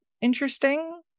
interesting